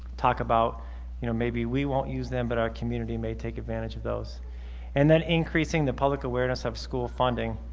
talk about you know maybe we won't use them, but our community may take advantage of those and then increasing the public awareness of school funding.